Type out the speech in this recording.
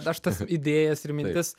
aš tas idėjas ir mintis